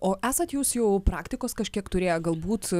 o esat jūs jau praktikos kažkiek turėję galbūt